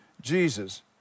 Jesus